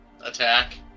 attack